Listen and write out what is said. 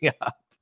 up